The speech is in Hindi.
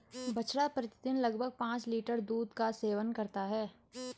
बछड़ा प्रतिदिन लगभग पांच लीटर दूध का सेवन करता है